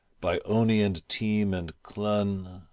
by ony and teme and clun,